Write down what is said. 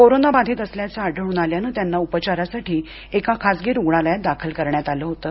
कोरोनाबाधित असल्याचं आढळून आल्याने त्यांना उपचारासाठी एका खासगी रुग्णालयात दाखल करण्यात आलं होतं